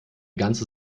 ganze